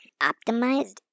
optimized